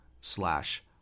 slash